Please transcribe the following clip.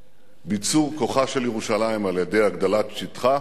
ביצור כוחה של ירושלים על-ידי הגדלת שטחה